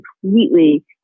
completely